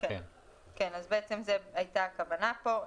כן, זו בעצם הייתה הכוונה פה.